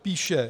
Píše: